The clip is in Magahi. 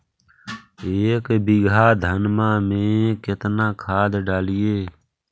एक बीघा धन्मा में केतना खाद डालिए?